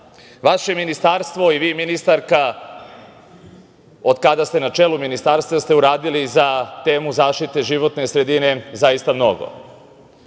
Ministarstvo i vi ministarka od kada ste na čelu Ministarstva ste uradili za temu zaštite životne sredine zaista